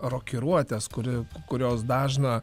rokiruotes kuri kurios dažną